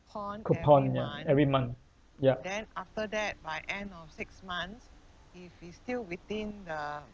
coupon ya every month yup